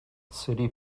city